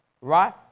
Right